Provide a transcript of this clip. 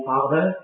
Father